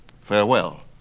Farewell